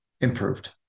improved